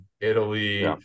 Italy